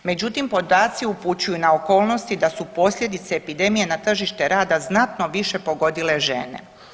Međutim, podaci upućuju na okolnosti da su posljedice epidemije na tržište rada znatno više pogodile žene.